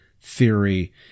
theory